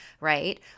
right